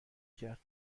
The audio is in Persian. کرد